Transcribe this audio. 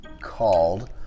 called